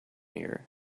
here